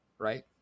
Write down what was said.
right